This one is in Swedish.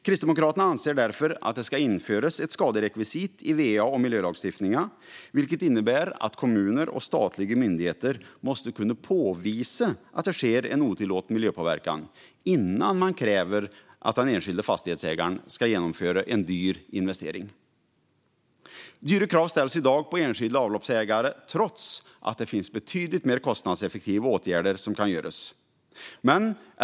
Kristdemokraterna anser därför att det ska införas ett skaderekvisit i va och miljölagstiftningen, vilket innebär att kommuner och statliga myndigheter måste kunna påvisa att det sker en otillåten miljöpåverkan innan man kräver att den enskilda fastighetsägaren ska genomföra en dyr investering. Dyra krav ställs i dag på enskilda avloppsägare, trots att det finns betydligt mer kostnadseffektiva åtgärder som kan göras.